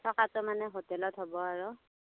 থকাটো মানে হোটেলত হ'ব আৰু